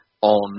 on